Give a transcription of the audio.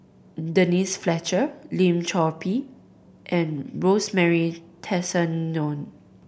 Denise Fletcher Lim Chor Pee and Rosemary Tessensohn